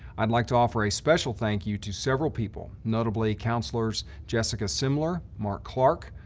i'd like to offer a special thank you to several people, notably, counselors jessica similar, mark clark,